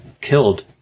killed